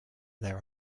there